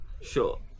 sure